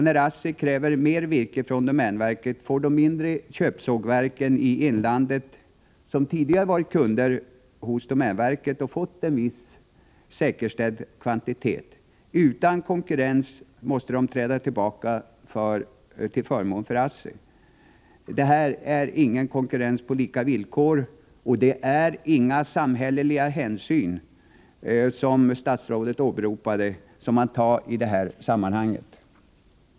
När ASSI kräver mer virke från domänverket får de mindre köpsågverken i inlandet, som tidigare varit kunder hos domänverket och fått en viss säkerställd kvantitet, utan konkurrensmöjligheter träda tillbaka till förmån för ASSI. Det är ingen konkurrens på lika villkor och det är inga samhälleliga hänsyn, vilket statsrådet åberopade, som tas i det här sammanhanget.